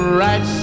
right